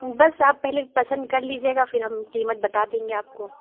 بس آپ پہلے پسند کر لیجیے گا پھر ہم قیمت بتا دیں گے آپ کو